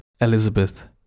Elizabeth